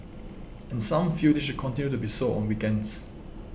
and some feel this should continue to be so on weekends